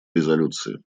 резолюции